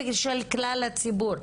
ושל כלל הציבור.